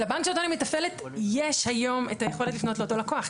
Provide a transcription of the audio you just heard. לבנק שאותו אני מתפעלת יש היום את היכולת לפנות לאותו לקוח,